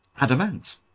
Adamant